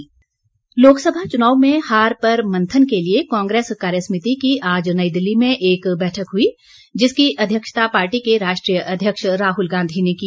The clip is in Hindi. कांग्रेस कार्यसमिति लोकसभा चुनाव में हार पर मंथन के लिए कांग्रेस कार्यसमिति की आज नई दिल्ली में एक बैठक हुई जिसकी अध्यक्षता पार्टी के राष्ट्रीय अध्यक्ष राहुल गांधी ने की